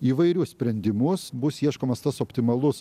įvairius sprendimus bus ieškomas tas optimalus